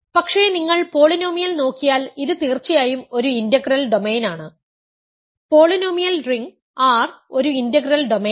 പക്ഷെ നിങ്ങൾ പോളിനോമിയൽ നോക്കിയാൽ ഇത് തീർച്ചയായും ഒരു ഇന്റഗ്രൽ ഡൊമെയ്നാണ് പോളിനോമിയൽ റിംഗ് R ഒരു ഇന്റഗ്രൽ ഡൊമെയ്നാണ്